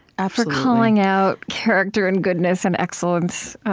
absolutely, calling out character and goodness and excellence?